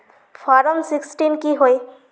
Form sixteen की होय?